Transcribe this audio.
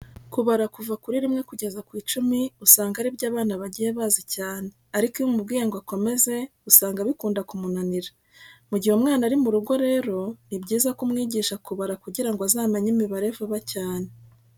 Kubara kuva kuri rimwe kugeza ku icumi usanga ari byo abana bagiye bazi cyane ariko iyo umubwiye ngo akomeze usanga bikunda kumunanira. Mu gihe umwana ari mu rugo rero ni byiza ko umwigisha kubara kugira ngo azamenye imibare vuba cyane.